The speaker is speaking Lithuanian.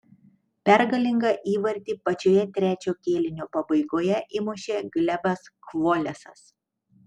pergalingą įvartį pačioje trečio kėlinio pabaigoje įmušė glebas chvolesas